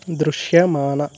దృశ్యమానం